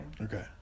Okay